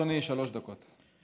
לרשותך, אדוני, שלוש דקות.